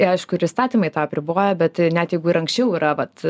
aišku ir įstatymai tą apriboja bet net jeigu ir anksčiau yra vat